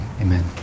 amen